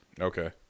Okay